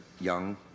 young